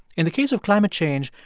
in the case of climate change,